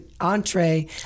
entree